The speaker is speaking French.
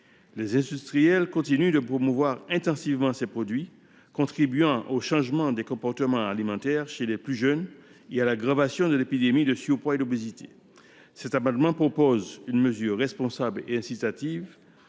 Les industriels continuent de promouvoir intensivement ces produits, contribuant au changement des comportements alimentaires chez les plus jeunes et à l’aggravation de l’épidémie de surpoids et d’obésité. Par cet amendement, nous proposons une mesure responsable et incitative